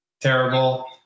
terrible